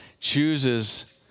chooses